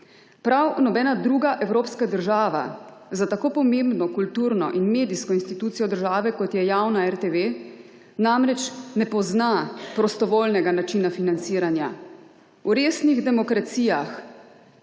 Prav nobena druga evropska država za tako pomembno kulturno in medijsko institucijo države, kot je javna RTV, namreč na pozna prostovoljnega načina financiranja. V resnih demokracijah,